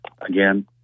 again